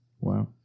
Wow